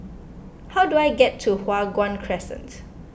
how do I get to Hua Guan Crescent